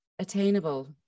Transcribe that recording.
attainable